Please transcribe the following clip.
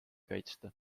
kaitsta